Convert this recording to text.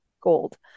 gold